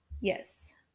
Yes